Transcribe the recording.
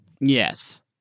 Yes